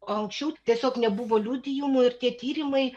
o anksčiau tiesiog nebuvo liudijimų ir tie tyrimai